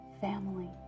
family